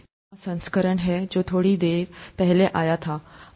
यह सातवां संस्करण है जो थोड़ी देर के लिए आया था पहले